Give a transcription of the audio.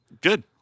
Good